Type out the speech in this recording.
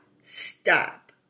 stop